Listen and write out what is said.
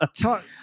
Talk